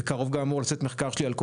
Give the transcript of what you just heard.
בקרוב אמור לצאת מחקר שלי על כל